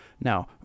Now